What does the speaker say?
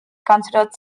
considered